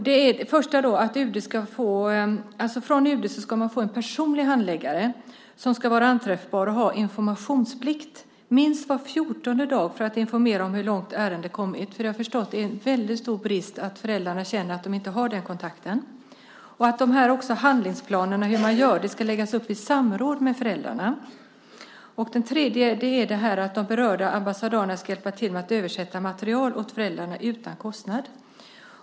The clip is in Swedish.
Den första är att man från UD ska få en personlig handläggare som ska vara anträffbar och ha informationsplikt att minst var fjortonde dag informera om hur långt ärendet har kommit. Som jag förstått är det där en väldigt stor brist. Föräldrarna känner att de inte har den kontakten. Handlingsplanen och hur den ska läggas upp ska göras i samråd med föräldrarna. Den tredje är att de berörda ambassadörerna ska hjälpa till att översätta material åt föräldrarna utan kostnad.